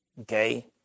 Okay